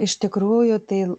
iš tikrųjų tai